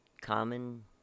common